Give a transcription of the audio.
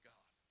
God